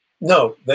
No